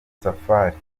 safari